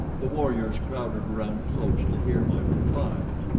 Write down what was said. the warriors crowded around close to hear my replies,